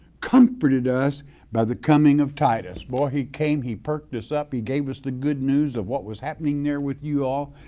comforted us by the coming of titus. boy he came, he perked us up, he gave us the good news of what was happening there with you all,